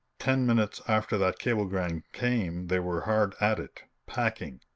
ten minutes after that cablegram came they were hard at it, packing.